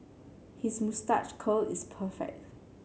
his moustache curl is perfect